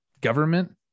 government